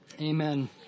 Amen